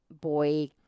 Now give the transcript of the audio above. boy